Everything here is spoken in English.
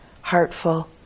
heartful